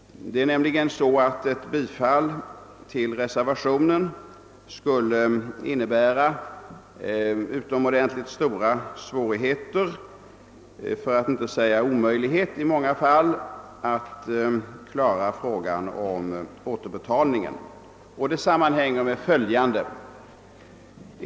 Det är nämligen så att ett bifall till reservationen skulle göra det utomordentligt svårt för att inte säga omöjligt att lösa problemet med återbetalningen. Det sammanhänger med följande.